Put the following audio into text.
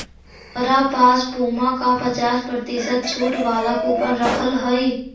हमरा पास पुमा का पचास प्रतिशत छूट वाला कूपन रखल हई